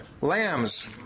lambs